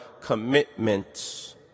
commitments